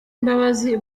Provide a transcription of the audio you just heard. mbabazi